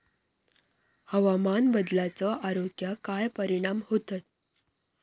हवामान बदलाचो आरोग्याक काय परिणाम होतत?